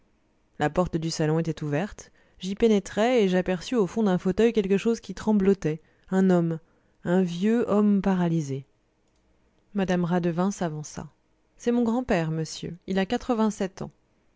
la porte du salon était ouverte j'y pénétrai et j'aperçus au fond d'un fauteuil quelque chose qui tremblotait un homme un vieux homme paralysé madame radevin s'avança c'est mon grand-père monsieur il a quatre-vingt-sept ans